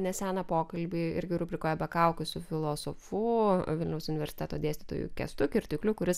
neseną pokalbį irgi rubrikoje be kaukių su filosofu vilniaus universiteto dėstytoju kęstu kirtikliu kuris